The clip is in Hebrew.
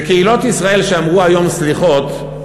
בקהילות ישראל, כשאמרו היום סליחות,